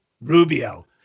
Rubio